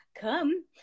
come